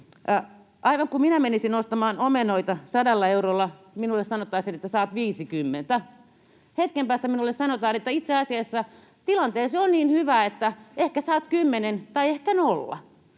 aivan kuin minä menisin ostamaan omenoita 100 eurolla ja minulle sanottaisiin, että saat 50, ja hetken päästä minulle sanotaan, että itse asiassa tilanteesi on niin hyvä, että ehkä saat 10 tai ehkä 0.